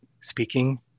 Speaking